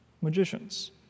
magicians